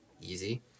easy